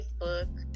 Facebook